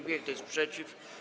Kto jest przeciw?